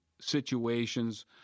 situations